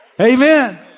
Amen